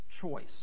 choice